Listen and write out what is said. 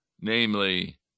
namely